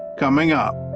coming up.